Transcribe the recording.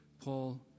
Paul